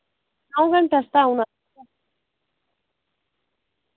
दौं घैंटा आस्तै औना